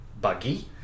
buggy